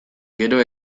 gero